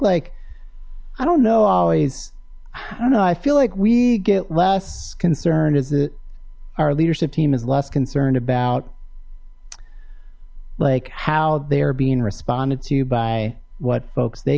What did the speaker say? like i don't know always i don't know i feel like we get less concern is that our leadership team is less concerned about like how they're being responded to by what folks they